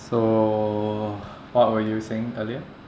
so what were you saying earlier